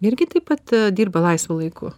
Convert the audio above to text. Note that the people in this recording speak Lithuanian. irgi taip pat dirba laisvu laiku